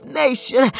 nation